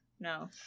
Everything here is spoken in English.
No